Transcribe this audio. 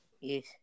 Yes